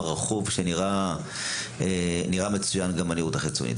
רכוב שנראה מצוין גם בנראות החיצונית.